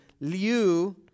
Liu